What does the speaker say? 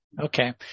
Okay